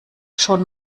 schon